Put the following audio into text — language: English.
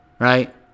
Right